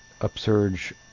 upsurge